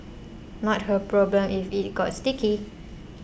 not her problem if it got sticky